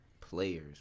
players